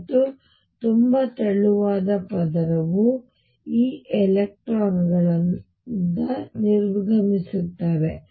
ಮತ್ತು ತುಂಬಾ ತೆಳುವಾದ ಪದರವು ಆ ಎಲೆಕ್ಟ್ರಾನ್ಗಳು ನಿರ್ಗಮಿಸುತ್ತಿವೆ